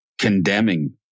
condemning